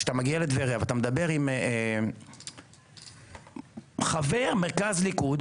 כשאתה מגיע לטבריה ואתה מדבר עם חבר מרכז ליכוד,